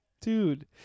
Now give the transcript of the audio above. Dude